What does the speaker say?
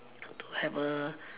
to to have a